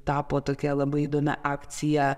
tapo tokia labai įdomia akcija